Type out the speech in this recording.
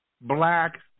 black